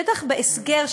שטח בהסגר,